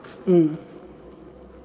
mm